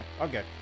Okay